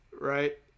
right